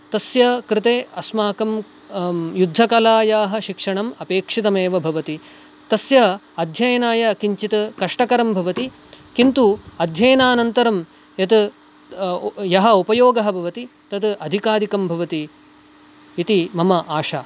तस्य कृते अस्माकं युद्धकलायाः शिक्षणम् अपेक्षितमेव भवति तस्य अध्ययनाय किञ्चित् कष्टकरं भवति किन्तु अध्ययनानन्तरं यत् यः उपयोगः भवति तत् अधिकाधिकं भवति इति मम आशा